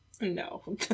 No